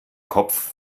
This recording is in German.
kopf